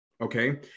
okay